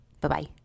Bye-bye